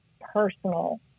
personal